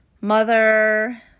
mother